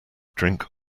drink